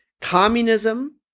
communism